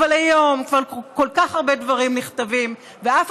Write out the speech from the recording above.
אבל היום כבר כל כך הרבה דברים נכתבים ואף